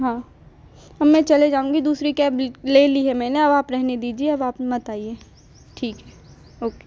हाँ अब मैं चले जाऊँगी दूसरी कैब ले ली है मैंने अब आप रहने दीजिए अब आप मत आइए ठीक है ओके